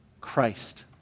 Christ